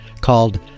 called